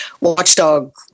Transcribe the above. watchdog